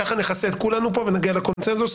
ככה נכסה את כולנו ונגיע לקונצנזוס.